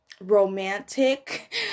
romantic